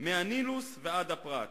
מהנילוס ועד הפרת".